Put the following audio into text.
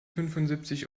fünfundsiebzig